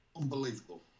unbelievable